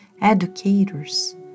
educators